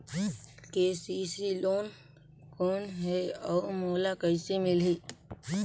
KCC loan कौन हे अउ मोला कइसे मिलही?